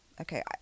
Okay